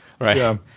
Right